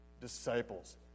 disciples